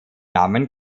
namen